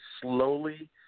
slowly